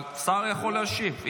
אבל שר יכול להשיב.